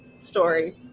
story